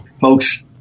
folks